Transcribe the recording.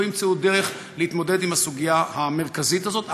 ימצאו דרך להתמודד עם הסוגיה המרכזית הזאת.